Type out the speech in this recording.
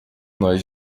nós